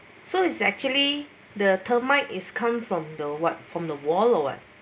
so is actually the termite is come from the what from the wall or what